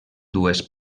dues